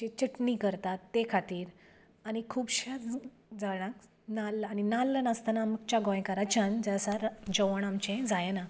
जी चटणी करतात ते खातीर आनी खुबशां जाणांक नाल्ल आनी नाल्ल नासतना आमच्या गोंयकाराच्यान जें आसा जेवण आमचें जायना